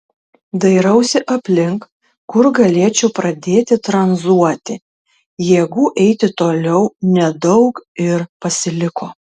dairausi aplink kur galėčiau pradėti tranzuoti jėgų eiti toliau nedaug ir pasiliko